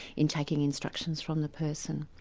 in taking instructions from the person.